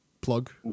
plug